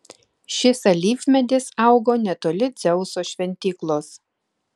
šis alyvmedis augo netoli dzeuso šventyklos